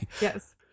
yes